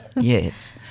Yes